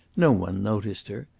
no one noticed her.